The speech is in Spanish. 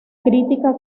crítica